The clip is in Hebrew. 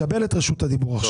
קבל עכשיו את רשות הדיבור.